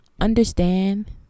Understand